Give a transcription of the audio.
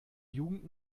jugend